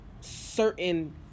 certain